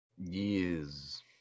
Yes